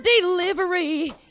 delivery